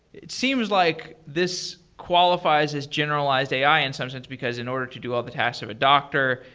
it seems like this qualifies as generalized a i. in some sense, because in order to do all the tasks of a doctor,